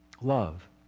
Love